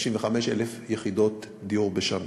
55,000 יחידות דיור בשנה.